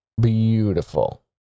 Beautiful